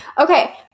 Okay